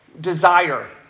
desire